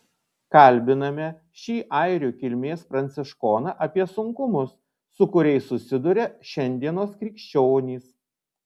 kalbiname šį airių kilmės pranciškoną apie sunkumus su kuriais susiduria šiandienos krikščionys